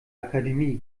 akademie